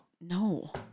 No